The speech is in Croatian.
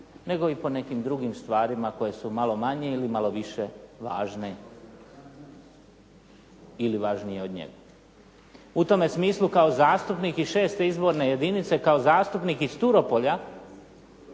nego i po nekim drugim stvarima koje su malo manje ili malo više važne ili važnije od njega. U tome smislu kao zastupnik iz 6. izborne jedince kao zastupnik iz Turopolja